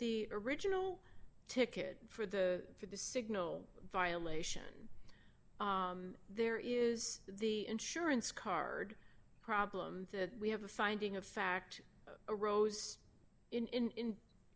the original ticket for the for the signal violation there is the insurance card problem that we have a finding of fact arose in in an in